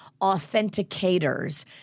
authenticators